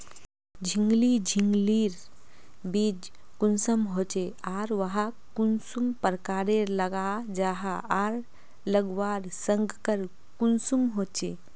झिंगली झिंग लिर बीज कुंसम होचे आर वाहक कुंसम प्रकारेर लगा जाहा आर लगवार संगकर कुंसम होचे?